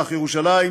מזרח ירושלים